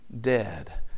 dead